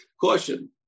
Caution